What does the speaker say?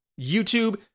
YouTube